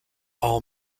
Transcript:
all